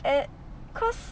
err cause